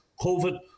Covid